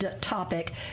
topic